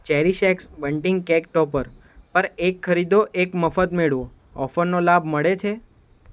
CherishX bunting cake topper પર એક ખરીદો એક મફત મેળવો ઓફરનો લાભ મળે છે